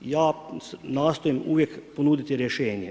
Ja nastojim uvijek ponuditi rješenje.